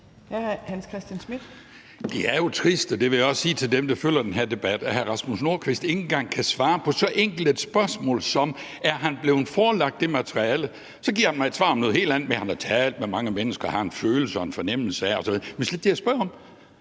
(V): Det er jo trist, og det vil jeg også sige til dem, der følger den her debat, at hr. Rasmus Nordqvist ikke engang kan svare på så enkelt et spørgsmål som: Er han blevet forelagt det materiale? Så giver han mig et svar på noget helt andet og siger, at han har talt med mange mennesker, og at han har en følelse og en fornemmelse af noget osv., men